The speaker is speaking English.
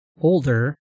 older